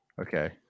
Okay